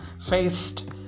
faced